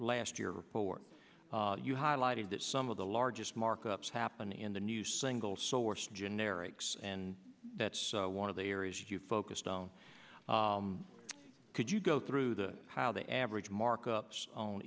last year report you highlighted that some of the largest markups happen in the new single source generics and that's one of the areas you focused on could you go through the how the average markups o